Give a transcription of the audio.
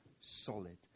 solid